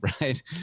right